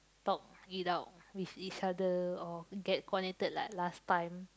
talk it out with each other or get connected like last time